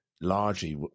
largely